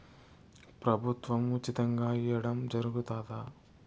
ప్రభుత్వం ఉచితంగా ఇయ్యడం జరుగుతాదా?